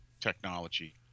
technology